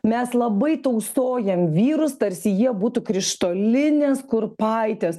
mes labai tausojam vyrus tarsi jie būtų krištolinės kurpaitės